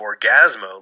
Orgasmo